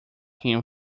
him